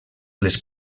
les